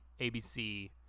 ABC